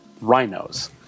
rhinos